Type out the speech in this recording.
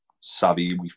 savvy